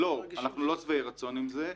לא, אנחנו לא שבעי רצון עם זה.